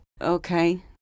Okay